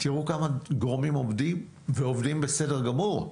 תיראו כמה גורמים עומדים ועובדים בסדר גמור.